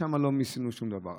ושם לא מיסינו שום דבר.